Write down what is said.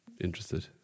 interested